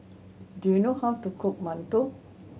do you know how to cook mantou